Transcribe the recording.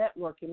networking